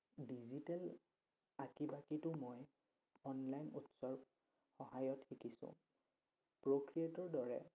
digital আঁকি বাকীটো মই অনলাইন উৎসৰ সহায়ত শিকিছোঁ প্ৰক্ৰিয়েটৰ দৰে